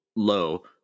low